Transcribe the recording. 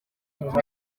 inshuti